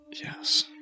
Yes